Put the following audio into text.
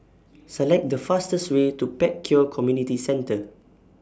Select The fastest Way to Pek Kio Community Centre